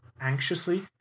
anxiously